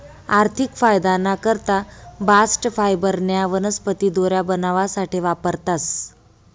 आर्थिक फायदाना करता बास्ट फायबरन्या वनस्पती दोऱ्या बनावासाठे वापरतास